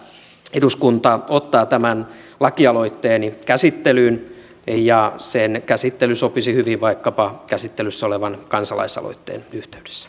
toivon että eduskunta ottaa tämän lakialoitteeni käsittelyyn ja sen käsittely sopisi hyvin vaikkapa käsittelyssä olevan kansalaisaloitteen yhteydessä